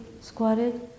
squatted